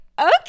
okay